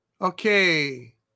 Okay